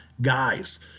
guys